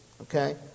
Okay